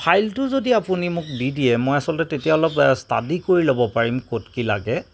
ফাইলটো যদি আপুনি মোক দি দিয়ে মই আচলতে তেতিয়া অলপ ষ্টাডি কৰি লব পাৰিম ক'ত কি লাগে